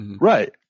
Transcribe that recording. Right